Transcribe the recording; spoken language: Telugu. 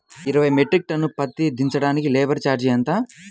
ఇరవై మెట్రిక్ టన్ను పత్తి దించటానికి లేబర్ ఛార్జీ ఎంత?